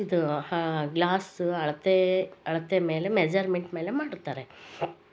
ಇದು ಗ್ಲಾಸ್ ಅಳತೆ ಅಳತೆ ಮೇಲೆ ಮೆಜರ್ಮೆಂಟ್ ಮೇಲೆ ಮಾಡ್ತಾರೆ